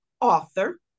author